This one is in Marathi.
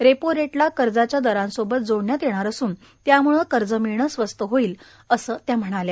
रेपो रेटला कर्जाच्या दरांसोबत जोडण्यात येणार असून याम्ळं कर्ज मिळणं स्वस्त होईल असं त्या म्हणाल्या